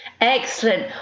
excellent